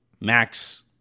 Max